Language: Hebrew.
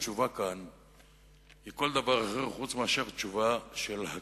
התשובה כאן היא כל דבר אחר חוץ מאשר תשובה של הגינות.